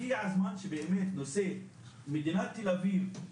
הגיע הזמן שבאמת מדינת תל אביב,